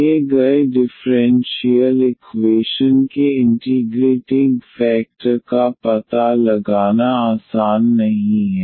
दिए गए differential equation के इंटीग्रेटिंग फैक्टर का पता लगाना आसान नहीं है